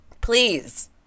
Please